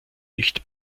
nicht